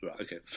Okay